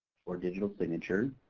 for digital signature,